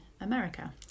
America